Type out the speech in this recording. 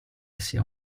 sia